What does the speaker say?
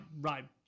right